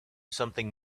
something